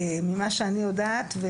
ממה שאני יודעת,